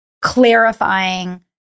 clarifying